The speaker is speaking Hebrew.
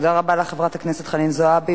תודה רבה לך, חברת הכנסת חנין זועבי.